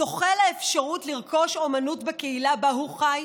זוכה לאפשרות לרכוש אומנות בקהילה שבה הוא חי?